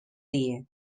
dir